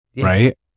right